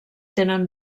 tenen